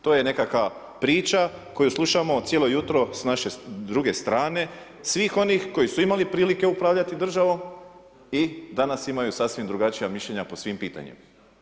To je nekakva priča koju slušamo cijelo jutro s naše druge strane svih onih koji su imali prilike upravljati državom i danas imaju sasvim drugačija mišljenja po svim pitanjima.